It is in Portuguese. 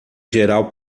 geral